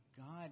God